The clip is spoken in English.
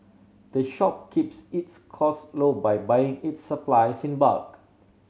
the shop keeps its costs low by buying its supplies in bulk